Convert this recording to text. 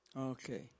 Okay